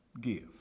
give